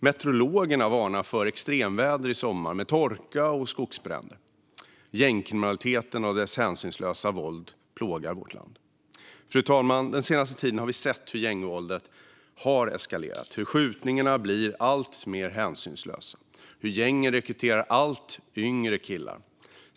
Meteorologerna varnar för extremväder i sommar med torka och skogsbränder. Fru talman! Gängkriminaliteten med dess hänsynslösa våld plågar vårt land. Den senaste tiden har vi sett hur gängvåldet har eskalerat, hur skjutningarna blir alltmer hänsynslösa och hur gängen rekryterar allt yngre killar.